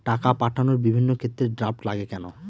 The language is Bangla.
টাকা পাঠানোর বিভিন্ন ক্ষেত্রে ড্রাফট লাগে কেন?